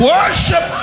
Worship